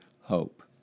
hope